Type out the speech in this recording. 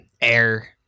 air